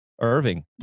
Irving